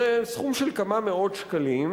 זה סכום של כמה מאות שקלים,